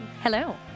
Hello